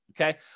Okay